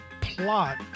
plot